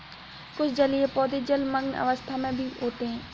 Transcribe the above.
कुछ जलीय पौधे जलमग्न अवस्था में भी होते हैं